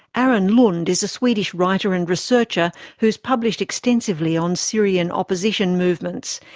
aron lund is a swedish writer and researcher who has published extensively on syrian opposition movements.